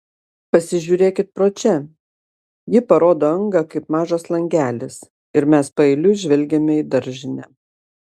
pasižiūrėkit pro čia ji parodo angą kaip mažas langelis ir mes paeiliui žvelgiame į daržinę